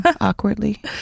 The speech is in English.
awkwardly